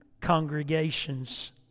congregations